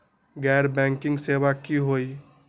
गैर बैंकिंग सेवा की होई?